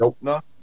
No